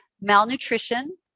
Malnutrition